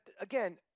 again